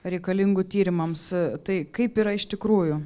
reikalingų tyrimams tai kaip yra iš tikrųjų